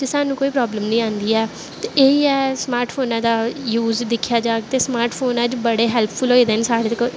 ते सानूं कोई प्राब्लम निं आंदी ऐ ते एह् ही ऐ स्मार्ट फोनै दा यूज दिक्खेआ जाह्ग ते स्मार्ट फोन अज्ज बड़े हैल्पफुल होए दे न साढ़े